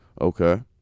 Okay